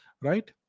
right